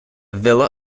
villa